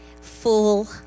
Full